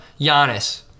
Giannis